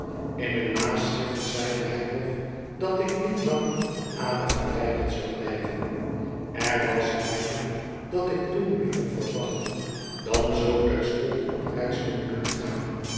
in een naschrift zeide hij nog dat ik niet lang van ada verwijderd zou blijven er was weinig dat ik toen minder verwachtte dan zoo terstond op reis te moeten gaan